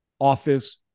office